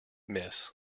miss